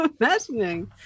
imagining